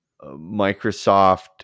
Microsoft